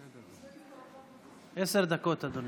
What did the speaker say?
אדוני.